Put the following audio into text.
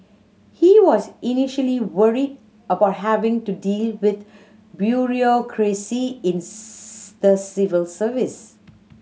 he was initially worried about having to deal with bureaucracy in the civil service